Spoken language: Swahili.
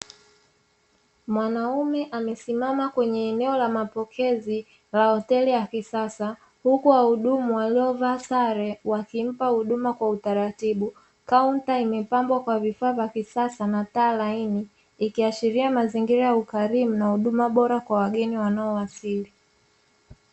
Mwanaume amesimama kwenye eneo la mapokezi, la hoteli ya kisasa huku wahudumu waliova sare wakimpa huduma kwa utaratibu, kaunta imepambwa kwa vifaa vya kisasa na taa laini ikiashiria mazingira ya ukarimu na huduma bora kwa wageni wanaowasili.